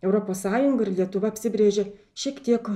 europos sąjunga ir lietuva apsibrėžė šiek tiek